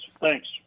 Thanks